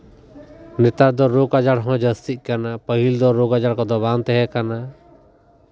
ᱱᱮᱛᱟᱨ ᱫᱚ ᱨᱳᱜ ᱟᱡᱟᱨ ᱦᱚᱸ ᱡᱟᱹᱥᱛᱤᱜ ᱠᱟᱱᱟ ᱯᱟᱹᱦᱤᱞ ᱫᱚ ᱨᱳᱜᱽ ᱟᱡᱟᱨ ᱠᱚᱫᱚ ᱵᱟᱝ ᱛᱟᱦᱮᱸ ᱠᱟᱱᱟ